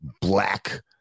black